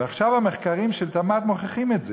ועכשיו המחקרים של התמ"ת מוכיחים את זה: